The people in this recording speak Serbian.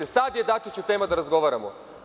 Sad je Dačiću tema da razgovaramo.